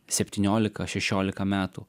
septyniolika šešiolika metų